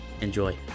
Enjoy